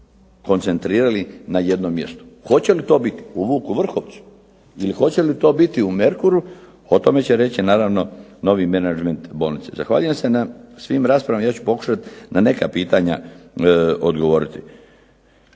koncentrirali na jedno mjesto. Hoće li to biti u "Vuku Vrhovcu" ili hoće li to biti u "Merkuru" o tome će reći naravno novi menadžment bolnice. Zahvaljujem se na svim raspravama. Ja ću pokušati na neka pitanja odgovoriti.